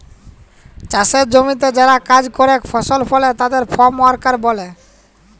চাসের জমিতে যারা কাজ করেক ফসল ফলে তাদের ফার্ম ওয়ার্কার ব্যলে